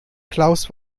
klaus